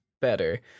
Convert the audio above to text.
better